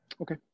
Okay